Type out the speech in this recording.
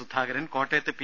സുധാകരൻ കോട്ടയത്ത് പി